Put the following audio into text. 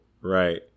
right